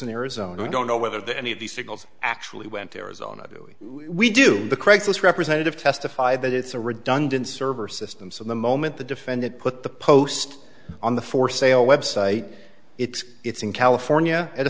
in arizona i don't know whether the any of the signals actually went to arizona do we do the crisis representative testify that it's a redundant server system so the moment the defendant put the post on the for sale website it's it's in california at a